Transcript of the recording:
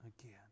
again